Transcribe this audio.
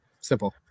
Simple